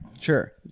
Sure